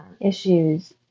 issues